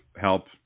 help